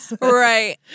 Right